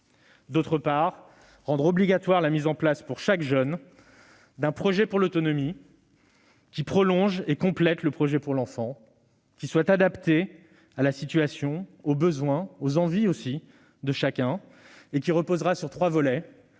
d'autre part, rendre obligatoire la mise en place pour chaque jeune d'un projet pour l'autonomie, qui prolonge et complète le projet pour l'enfant, qui soit adapté à la situation, aux besoins et aux envies de chacun. Ce projet pour l'autonomie reposera sur trois volets.